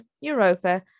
Europa